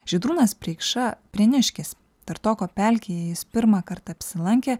žydrūnas preikša prieniškis tartoko pelkėj jis pirmą kartą apsilankė